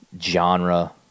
genre